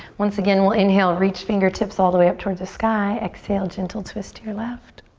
once again we'll inhale, reach fingertips all the way up towards the sky, exhale, gentle twist to your left.